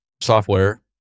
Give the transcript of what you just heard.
software